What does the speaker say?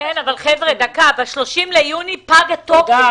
חבר'ה, ב-30 ביוני פג התוקף.